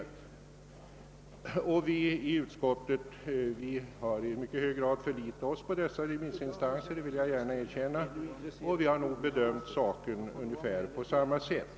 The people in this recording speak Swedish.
Jag vill gärna erkänna att vi i utskottet i hög grad har förlitat oss på dessa remissinstanser och vi har bedömt saken på ungefär samma sätt.